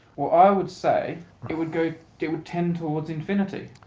well i would say it would go to tend towards infinity.